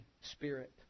spirit